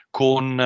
con